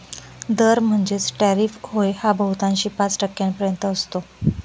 दर म्हणजेच टॅरिफ होय हा बहुतांशी पाच टक्क्यांपर्यंत असतो